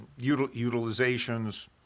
utilizations